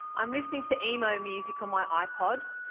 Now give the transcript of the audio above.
i'm listening to emo music on my ipod,